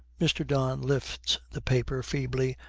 mr. don lifts the paper feebly,